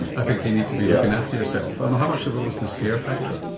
i think you need to be looking after yourself? um how much of it was the scare factor?